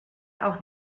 auch